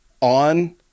on